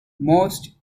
most